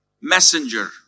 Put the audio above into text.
messenger